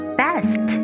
best